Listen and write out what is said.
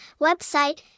website